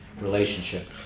relationship